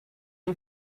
est